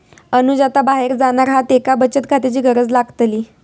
अनुज आता बाहेर जाणार हा त्येका बचत खात्याची गरज लागतली